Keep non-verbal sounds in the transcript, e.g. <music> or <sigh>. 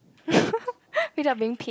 <laughs> without being paid